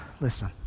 listen